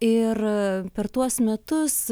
ir per tuos metus